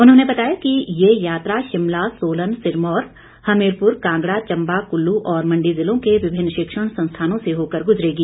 उन्होंने बताया कि ये यात्रा शिमला सोलन सिरमौर हमीरपुर कांगड़ा चम्बा कुल्लू और मंडी जिलों के विभिन्न शिक्षण संस्थानों से होकर गुजरेगी